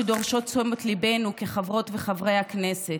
שדורשות את תשומת ליבנו כחברות וחברי הכנסת.